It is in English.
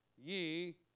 ye